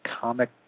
comic